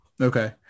Okay